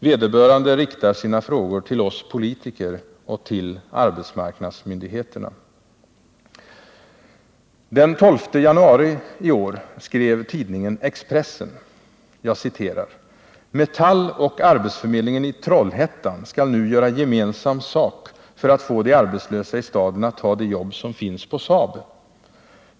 Vederbörande riktar sina frågor till oss politiker och till arbetsmarknadsmyndigheterna. ”Metall och arbetsförmedlingen i Trollhättan skall nu göra gemensam sak för att få de arbetslösa i staden att ta de jobb som finns på SAAB.